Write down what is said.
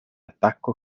attacco